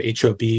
HOB